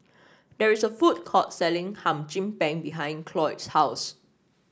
there is a food court selling Hum Chim Peng behind Cloyd's house